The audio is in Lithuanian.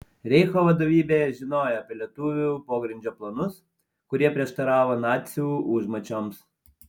reicho vadovybė žinojo apie lietuvių pogrindžio planus kurie prieštaravo nacių užmačioms